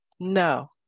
no